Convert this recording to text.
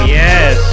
yes